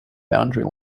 boundary